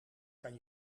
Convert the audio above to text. kan